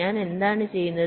ഞാൻ എന്താണ് ചെയ്യുന്നത്